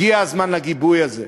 הגיע הזמן לגיבוי הזה.